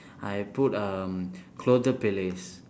I put um